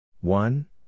One